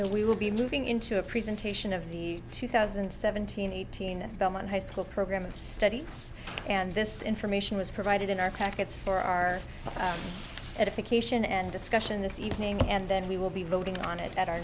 so we will be moving into a presentation of the two thousand and seventeen eighteen bellman high school program study and this information was provided in our packets for our edification and discussion this evening and then we will be voting on it at our